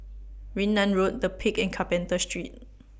Yunnan Road The Peak and Carpenter Street